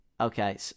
okay